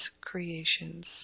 creations